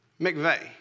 McVeigh